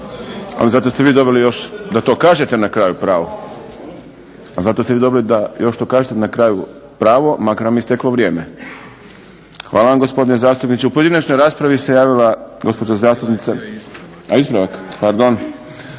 Ali zato ste vi dobili još da to kažete na kraju pravo makar vam je isteklo vrijeme. Hvala vam gospodine zastupniče. U pojedinačnoj raspravi se javila gospođa zastupnica, a ispravak. Pardon.